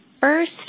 first